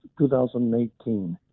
2018